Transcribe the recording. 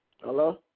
Hello